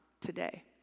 today